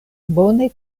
bone